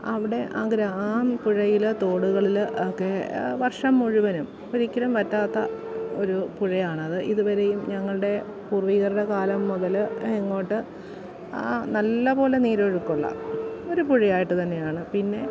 അവിടെ ആ ആ പുഴയിൽ തോടുകളിൽ ഒക്കെ വർഷം മുഴുവനും ഒരിക്കലും വറ്റാത്ത ഒരു പുഴയാണ് അത് ഇതുവരെയും ഞങ്ങളുടെ പൂർവികരുടെ കാലം മുതൽ ഇങ്ങോട്ട് ആ നല്ല പോലെ നീരൊഴുക്കുള്ള ഒരു പുഴയായിട്ട് തന്നെയാണ് പിന്നെ